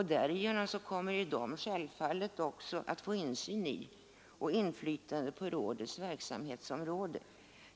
Därigenom kommer de självfallet också att få insyn i och inflytande på rådets verksamhet.